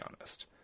honest